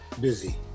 busy